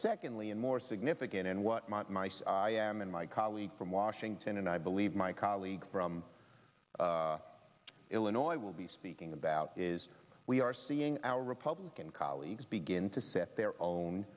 secondly and more significant and what my mice i am and my colleague from washington and i believe my colleague from illinois will be speaking about is we are seeing our republican colleagues begin to set their own